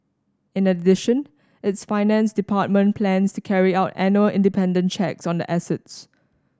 in addition its finance department plans to carry out annual independent checks on the assets